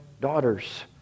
daughters